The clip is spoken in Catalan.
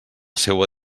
seua